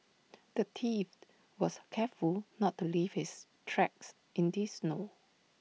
the thief was careful not to leave his tracks in the snow